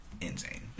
Insane